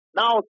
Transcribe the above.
now